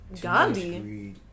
Gandhi